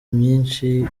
myinshi